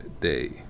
day